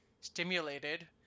stimulated